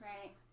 Right